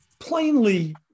Plainly